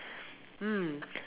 mm